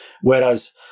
Whereas